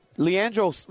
Leandro